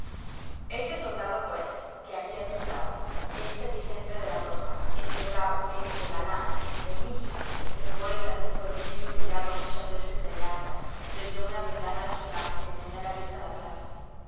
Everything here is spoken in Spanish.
este soldado pues que aquí he pintado este vicente de la rosa este bravo este galán este músico este poeta fue visto y mirado muchas veces de leandra desde una ventana de su casa que tenía la vista a la plaza